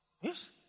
Yes